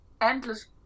endless